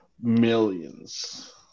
millions